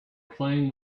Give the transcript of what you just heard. playing